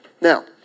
Now